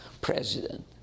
president